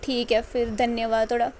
ठीक ऐ फिर धन्नवाद थुआढञा